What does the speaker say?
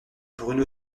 bruno